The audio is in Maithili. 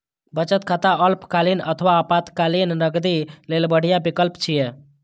बचत खाता अल्पकालीन अथवा आपातकालीन नकदी लेल बढ़िया विकल्प छियै